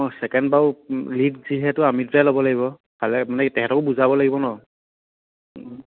অঁ ছেকেণ্ড বাৰু লীড যিহেতু আমি দুটাই ল'ব লাগিব কাইলে মানে তেহেঁতকো বুজাব লাগিব ন